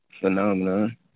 phenomenon